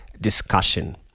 discussion